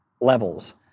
levels